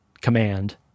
Command